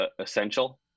essential